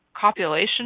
copulation